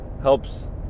helps